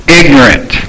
ignorant